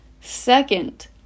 Second